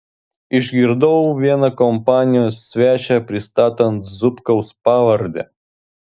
išgirdau vieną kompanijos svečią prisistatant zubkaus pavarde